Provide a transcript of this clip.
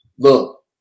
Look